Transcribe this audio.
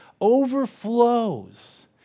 overflows